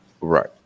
Right